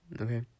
okay